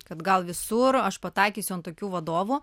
kad gal visur aš pataikysiu ant tokių vadovų